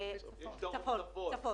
צפון.